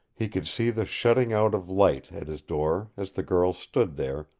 he could see the shutting out of light at his door as the girl stood there,